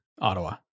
Ottawa